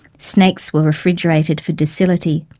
snakes were refrigerated for docility.